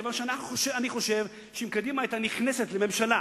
כיוון שאני חושב שאם קדימה היתה נכנסת לממשלה